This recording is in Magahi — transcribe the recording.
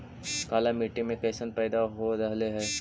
काला मिट्टी मे कैसन पैदा हो रहले है?